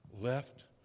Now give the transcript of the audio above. Left